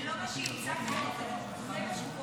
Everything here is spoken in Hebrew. זה לא מה שהצגתם, זה מה שקורה בפועל.